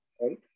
right